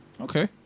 Okay